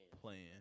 playing